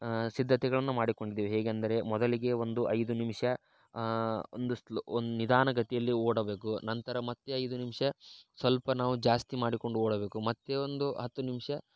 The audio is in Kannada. ಸಿದ್ಧತೆಗಳನ್ನು ಮಾಡಿಕೊಂಡಿದ್ದೀವಿ ಹೇಗೆಂದರೆ ಮೊದಲಿಗೆ ಒಂದು ಐದು ನಿಮಿಷ ಒಂದು ಸ್ಲೋ ನಿಧಾನ ಗತಿಯಲ್ಲಿ ಓಡಬೇಕು ನಂತರ ಮತ್ತು ಐದು ನಿಮಿಷ ಸ್ವಲ್ಪ ನಾವು ಜಾಸ್ತಿ ಮಾಡಿಕೊಂಡು ಓಡಬೇಕು ಮತ್ತು ಒಂದು ಹತ್ತು ನಿಮಿಷ